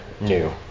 new